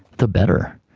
the better,